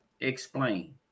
Explain